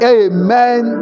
amen